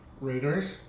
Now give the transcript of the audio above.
Raiders